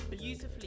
beautifully